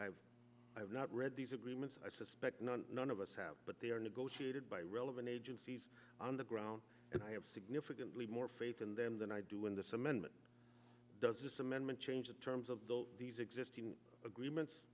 have not read these agreements i suspect none of us have but they are negotiated by relevant agencies on the ground and i have significantly more faith in them than i do in this amendment does this amendment change in terms of these existing agreements